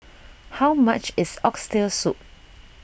how much is Oxtail Soup